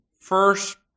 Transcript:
first